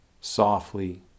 softly